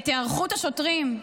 את היערכות השוטרים,